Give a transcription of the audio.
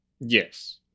Yes